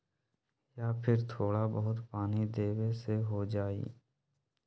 या फिर थोड़ा बहुत पानी देबे से हो जाइ?